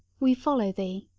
we follow thee.